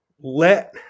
let